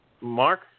Mark